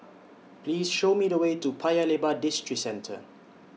Please Show Me The Way to Paya Lebar Districentre